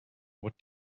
what